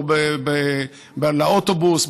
בתור לאוטובוס,